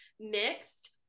mixed